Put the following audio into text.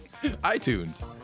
iTunes